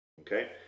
Okay